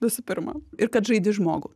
visų pirma ir kad žaidi žmogų